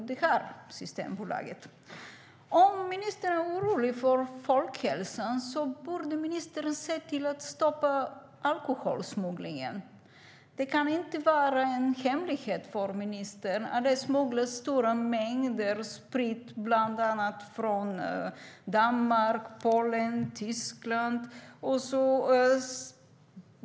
Det har Systembolaget.Om ministern är orolig för folkhälsan borde ministern se till att stoppa alkoholsmugglingen. Det kan inte vara en hemlighet för ministern att det smugglas stora mängder sprit bland annat från Danmark, Polen och Tyskland.